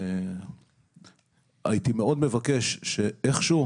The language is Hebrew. הייתי מאוד מבקש שאיכשהו